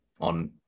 on